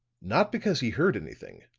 not because he heard anything,